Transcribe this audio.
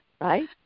Right